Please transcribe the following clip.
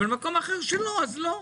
אבל במקום אחר שלא אז לא,